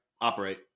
operate